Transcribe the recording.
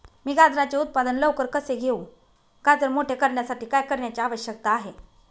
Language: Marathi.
मी गाजराचे उत्पादन लवकर कसे घेऊ? गाजर मोठे करण्यासाठी काय करण्याची आवश्यकता आहे?